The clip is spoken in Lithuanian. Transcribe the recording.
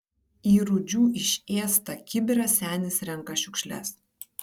į rūdžių išėstą kibirą senis renka šiukšles